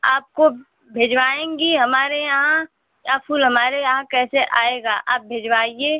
आपको भिजवाएंगी हमारे यहाँ या फूल हमारे यहाँ कैसे आएगा आप भिजवाइए